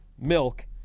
milk